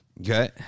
Okay